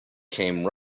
came